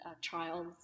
trials